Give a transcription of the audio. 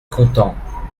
content